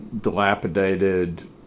dilapidated